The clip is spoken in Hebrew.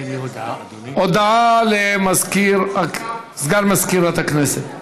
היושב-ראש, אפשר להוסיף אותי?